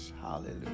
Hallelujah